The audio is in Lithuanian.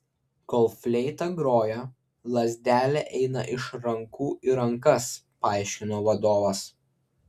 kol fleita groja lazdelė eina iš rankų į rankas paaiškino vadovas